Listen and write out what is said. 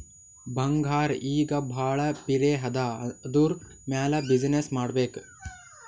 ಬಂಗಾರ್ ಈಗ ಭಾಳ ಪಿರೆ ಅದಾ ಅದುರ್ ಮ್ಯಾಲ ಬಿಸಿನ್ನೆಸ್ ಮಾಡ್ಬೇಕ್